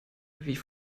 wie